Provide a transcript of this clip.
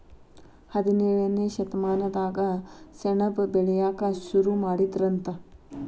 ಹದಿನೇಳನೇ ಶತಮಾನದಾಗ ಸೆಣಬ ಬೆಳಿಯಾಕ ಸುರು ಮಾಡಿದರಂತ